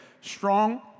Strong